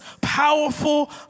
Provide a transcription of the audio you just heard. powerful